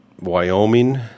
Wyoming